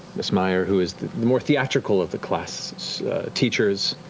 miss meyer, who is the more theatrical of the class teachers,